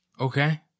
Okay